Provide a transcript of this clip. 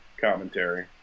commentary